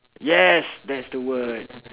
yes that's the word